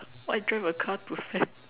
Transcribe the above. why drive a car to sand